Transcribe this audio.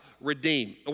redeem